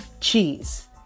Cheese